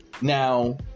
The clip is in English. Now